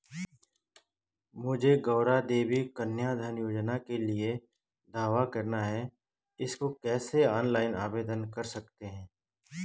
मुझे गौरा देवी कन्या धन योजना के लिए दावा करना है इसको कैसे ऑनलाइन आवेदन कर सकते हैं?